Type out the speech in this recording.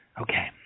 Okay